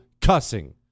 cussing